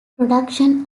production